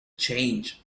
change